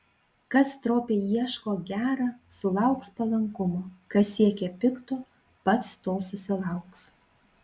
kas stropiai ieško gera sulauks palankumo kas siekia pikto pats to susilauks